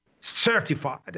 certified